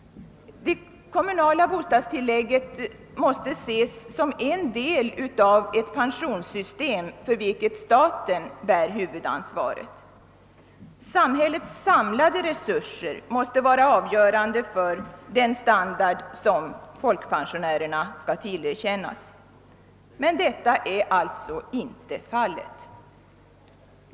Det kommunala bostadstillägget måste ses som en del av ett pensionssystem för vilket staten bär huvudansvaret. Samhällets samlade resurser måste vara avgörande för den standard som skall tillerkännas = folkpensionärerna. Men detta är inte fallet.